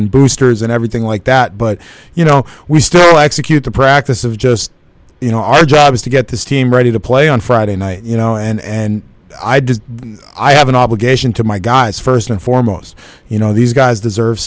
and boosters and everything like that but you know we still execute the practice of just you know our job is to get this team ready to play on friday night you know and i just i have an obligation to my guys first and foremost you know these guys deserve